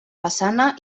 façana